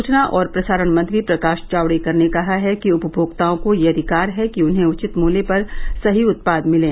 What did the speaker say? सूचना और प्रसारण मंत्री प्रकाश जावडेकर ने कहा है कि उपभोक्ताओं को यह अधिकार है कि उन्हें उचित मूल्य पर सही उत्पाद मिले